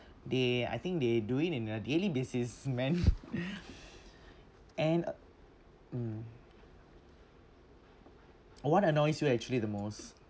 they I think they do it in their daily basis man and mm what annoys you actually the most